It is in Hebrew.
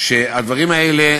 שהדברים האלה,